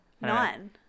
Nine